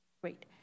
Great